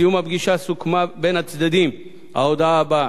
בסיום הפגישה סוכמה בין הצדדים ההודעה הבאה: